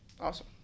Awesome